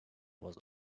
was